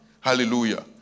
Hallelujah